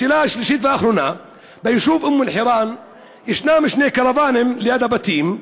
השאלה השלישית והאחרונה: ביישוב אום אלחיראן יש שני קרוונים ליד הבתים.